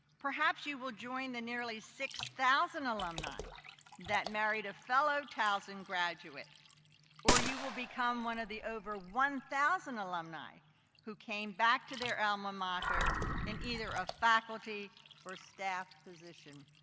perhaps you will join the nearly six thousand alumni that married a fellow towson graduate or you will become one of the over one thousand alumni who came back to their alma mater in either a faculty or staff position.